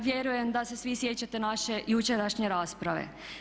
Vjerujem da se svi sjećate naše jučerašnje rasprave.